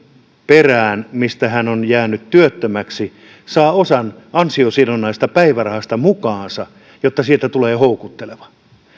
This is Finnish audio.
perään kuin mistä hän on jäänyt työttömäksi saa osan ansiosidonnaisesta päivärahasta mukaansa jotta siitä tulee houkuttelevaa